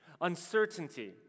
uncertainty